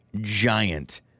giant